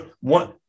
one